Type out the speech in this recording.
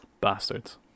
Bastards